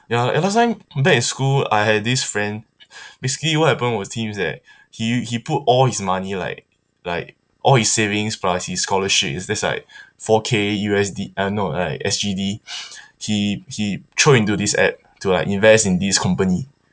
ya eh last time back in school I had this friend basically what happened was he was at he he put all his money like like all his savings plus his scholarship it's this like four K U_S_D uh no like S_G_D he he throw into this app to like invest in this company